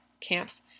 camps